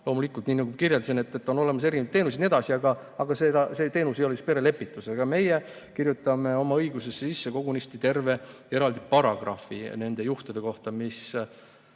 Loomulikult, nii nagu kirjeldasin, on olemas erinevad teenused jne, aga see teenus ei ole perelepitus. Aga meie kirjutame oma õigusesse sisse kogunisti terve eraldi paragrahvi nende juhtude kohta, mille